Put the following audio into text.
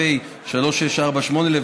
פ/3648/20,